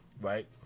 right